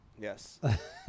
Yes